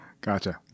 Gotcha